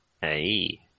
Hey